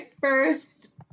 first